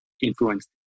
influenced